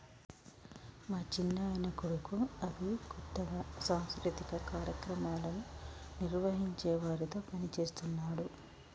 మా చిన్నాయన కొడుకు అవి కొత్తగా సాంస్కృతిక కార్యక్రమాలను నిర్వహించే వారితో పనిచేస్తున్నాడు